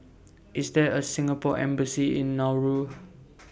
IS There A Singapore Embassy in Nauru